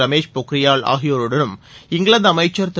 ரமேஷ் பொக்ரியால் ஆகியோருடனும் இங்கிலாந்து அமைச்சர் திரு